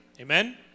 Amen